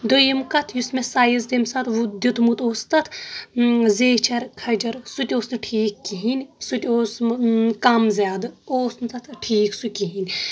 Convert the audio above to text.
دوٚیِم کتھ یُس مےٚ سایِز تٔمہِ ساتہٕ دیُتمُت اوس تَتھ زیچھر کھجر سُہ تہِ اوس نہٕ ٹھیٖکھ کہیٖنۍ سُہ تہِ اوس کم زیادٕ اوس نہٕ تَتھ ٹھیکھ سُہ کہیٖنۍ